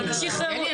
שחררו --- לא,